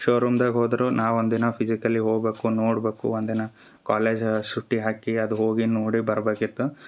ಶೋರೂಮ್ದಾಗ ಹೋದರು ನಾ ಒಂದಿನ ಫಿಸಿಕಲಿ ಹೋಗ್ಬಕು ನೋಡ್ಬಕು ಒಂದಿನ ಕಾಲೇಜ್ ಸುಟ್ಟಿ ಹಾಕಿ ಅದು ಹೋಗಿ ನೋಡಿ ಬರ್ಬೇಕಿತ್ತು